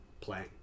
playing